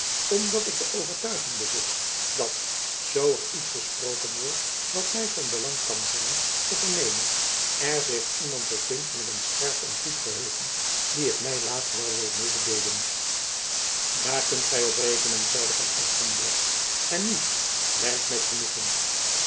dat ik de overtuiging bezit dat zoo er iets gesproken jacob van lennep elizabeth musch wordt wat my van belang kan zijn te vernemen er zich iemand bevindt met een scherp oor en een goed geheugen die het my later wel wil mededeelen daar kunt gy op rekenen zeide van espenblad en nu werk met genoegen